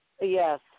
Yes